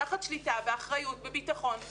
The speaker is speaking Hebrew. תחת שליטה ואחריות וביטחון,